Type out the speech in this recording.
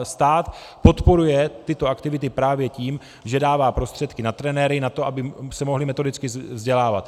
Stát podporuje tyto aktivity právě tím, že dává prostředky na trenéry, na to, aby se mohli metodicky vzdělávat.